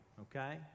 okay